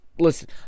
Listen